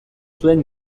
zuen